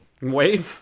wait